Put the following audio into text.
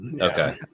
Okay